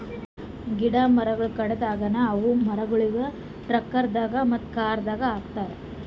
ಗಿಡ ಮರಗೊಳ್ ಕಡೆದ್ ಆಗನ ಅವು ಮರಗೊಳಿಗ್ ಟ್ರಕ್ದಾಗ್ ಮತ್ತ ಕಾರದಾಗ್ ಹಾಕತಾರ್